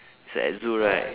it's at zoo right